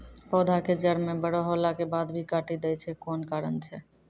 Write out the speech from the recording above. पौधा के जड़ म बड़ो होला के बाद भी काटी दै छै कोन कारण छै?